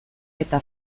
eta